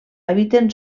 habiten